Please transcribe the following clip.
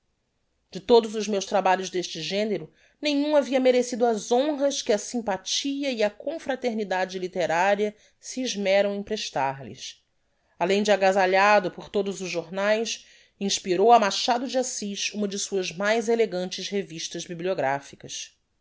de todos os meus trabalhos deste genero nenhum havia merecido as honras que a sympathia e a confraternidade litteraria se esmeram em prestar lhes alem de agasalhado por todos os jornaes inspirou á machado de assis uma de suas mais elegantes revistas bibliographicas